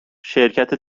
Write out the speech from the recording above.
شرکت